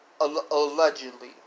allegedly